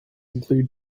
include